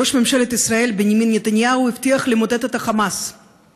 ראש ממשלת ישראל בנימין נתניהו הבטיח למוטט את החמאס,